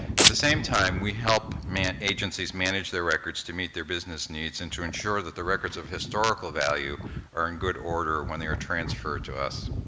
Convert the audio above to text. at the same time, we help agencies manage their records to meet their business needs and to ensure that the records of historical value are in good order when they are transferred to us.